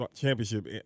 championship